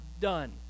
done